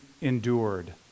endured